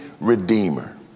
redeemer